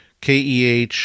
KEH